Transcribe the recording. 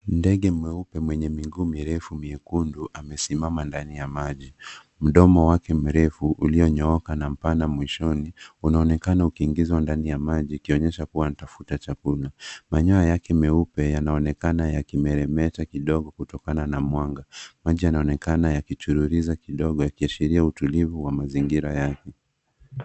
Ndege mweupe mwenye miguu mirefu miekundu, amesimama ndani ya maji. Mdomo wake mrefu ulionyooka na mpana mwishoni unaonekana ukiingizwa ndani ya maji ikionyesha kuwa anatafuta chakula. Manyoa yake meupe yanaonekana yakimeremeta kidogo kutokana na mwanga. Maji yanaonekana yakichururiza kidogo yakiashiria utulivu wa mazingira yake.